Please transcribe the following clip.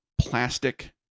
plastic